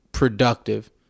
Productive